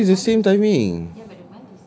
ya so it's the same timing